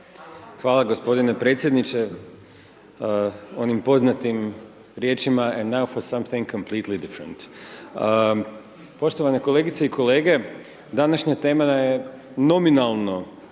Hvala gospodine predsjedniče, onim poznatim riječima… /Govornik govori stranim jezikom, ne razumije se./… Poštovani kolegice i kolege, današnja tema je nominalno